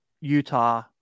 Utah